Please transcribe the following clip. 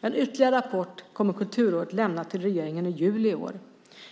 En ytterligare rapport kommer Kulturrådet att lämna till regeringen i juli i år.